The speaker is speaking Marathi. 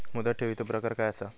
मुदत ठेवीचो प्रकार काय असा?